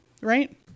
Right